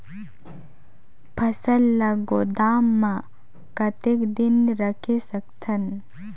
फसल ला गोदाम मां कतेक दिन रखे सकथन?